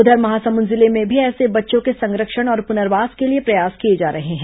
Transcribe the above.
उधर महासमुंद जिले में भी ऐसे बच्चों के संरक्षण और पुनर्वास के लिए प्रयास किए जा रहे हैं